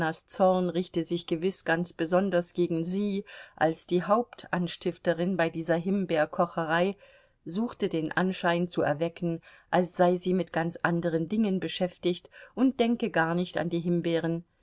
richte sich gewiß ganz besonders gegen sie als die hauptanstifterin bei dieser himbeerkocherei suchte den anschein zu erwecken als sei sie mit ganz anderen dingen beschäftigt und denke gar nicht an die himbeeren